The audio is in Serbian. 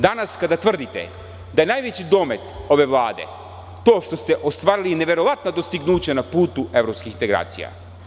Danas kada tvrdite da je najveći domet ove Vlade to što ste ostvarili neverovatna dostignuća na putu evropskih integracija.